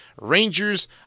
Rangers